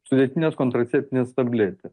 sudėtinės kontraceptinės tabletės